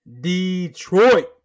Detroit